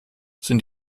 sind